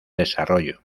desarrollo